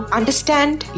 understand